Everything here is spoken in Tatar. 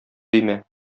димә